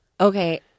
Okay